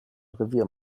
revier